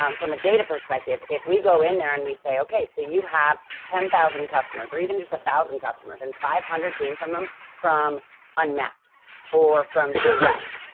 um from a data perspective, if we go in there and we say, okay, so you have ten thousand customers or even just one thousand customers and five hundred came from um from unmapped or from direct.